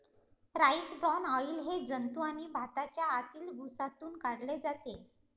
rice bran oil हे जंतू आणि भाताच्या आतील भुसातून काढले जाते